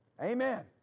Amen